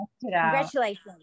Congratulations